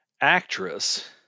actress